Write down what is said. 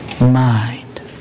mind